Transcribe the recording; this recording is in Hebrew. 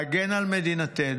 להגן על מדינתנו.